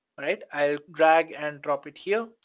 right? i'll drag and drop it here,